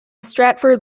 stratford